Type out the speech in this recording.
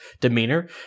demeanor